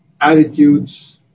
attitudes